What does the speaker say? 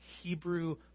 Hebrew